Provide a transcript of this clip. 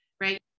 right